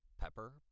Pepper